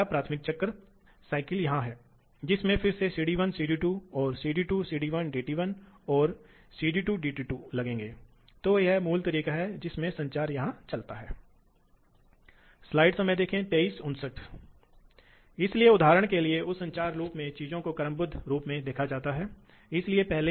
960 पर थ्रॉटलिंग के लिए यह 23 है मुश्किल से कम है लेकिन चर गति ड्राइव के लिए यह बहुत कम है फिर से पंखे पंखे और पंप कानूनों के कारण ठीक है इसलिए एक समान बचत परिणाम देगी जो कि है